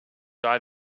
eye